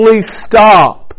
stop